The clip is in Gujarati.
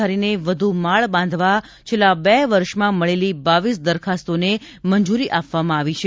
વધારીને વધુ માળ બાંધવા છેલ્લાં બે વર્ષમાં મળેલી બાવીસ દરખાસ્તોને મંજૂરી આપવામાં આવી છે